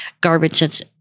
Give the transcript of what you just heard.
garbage